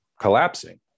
collapsing